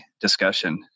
discussion